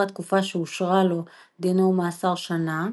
התקופה שאושרה לו דינו הוא מאסר שנה.